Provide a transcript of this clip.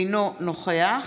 אינו נוכח